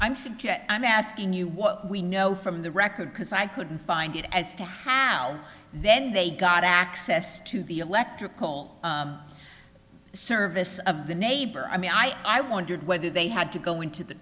suggest i'm asking you what we know from the record because i couldn't find it as to have then they got access to the electrical service of the neighbor i mean i i wondered whether they had to go into the